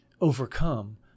overcome